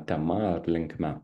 tema ar linkme